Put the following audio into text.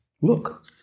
look